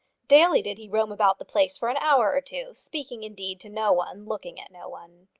daily did he roam about the place for an hour or two speaking, indeed, to no one, looking at no one.